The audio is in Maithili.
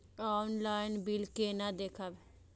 ऑनलाईन बिल केना देखब?